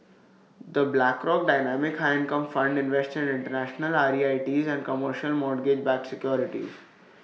the Blackrock dynamic high income fund invests in International R E I T's and commercial mortgage backed securities